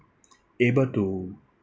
able to